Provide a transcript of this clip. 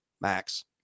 Max